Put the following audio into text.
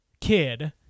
kid